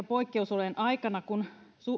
poikkeusolojen aikana kun